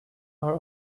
are